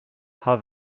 how